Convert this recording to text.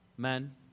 Men